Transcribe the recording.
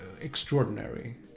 extraordinary